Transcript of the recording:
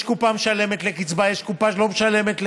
יש קופה משלמת לקצבה, יש קופה שלא משלמת לקצבה.